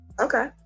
Okay